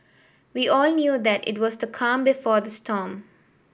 we all knew that it was the calm before the storm